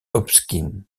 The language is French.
hopkins